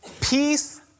Peace